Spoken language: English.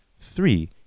three